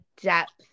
depth